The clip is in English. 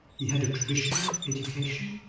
he had a traditional education.